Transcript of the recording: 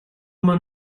маань